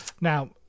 now